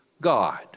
God